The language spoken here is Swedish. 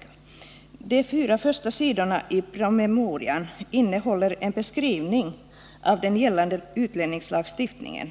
På de fyra första sidorna i promemorian ges en beskrivning av den gällande utlänningslagstiftningen